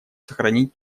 сохранить